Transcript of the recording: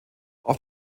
auf